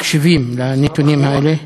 מקשיבים לנתונים האלה.